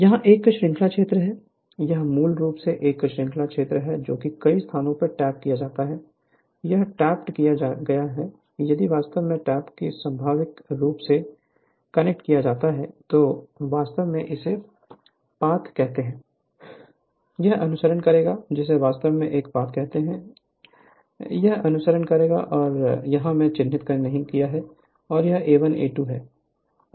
यह एक श्रंखला क्षेत्र है यह मूल रूप से एक श्रंखला क्षेत्र है जो कि कई स्थानों पर टैप किया जाता है यह टैप किया जाता है यदि वास्तव में इस टैप को स्वाभाविक रूप से कनेक्ट किया जाता है तो वास्तव में इसे पथ कहते हैं यह अनुसरण करेगा जिसे वास्तव में यह पथ कहते हैं यह है पथ यह अनुसरण करेगा और यदि वास्तव में मैंने यहां चिह्नित नहीं किया है तो यह A1 A2 है